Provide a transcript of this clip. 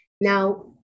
Now